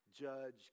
judge